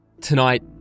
Tonight